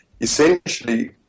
Essentially